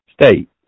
state